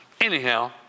Anyhow